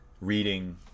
reading